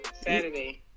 saturday